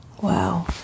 Wow